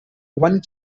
one